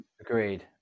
Agreed